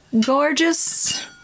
gorgeous